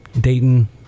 Dayton